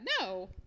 No